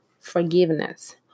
forgiveness